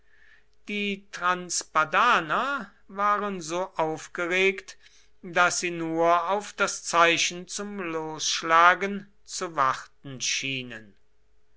die transpadaner waren so aufgeregt daß sie nur auf das zeichen zum losschlagen zu warten schienen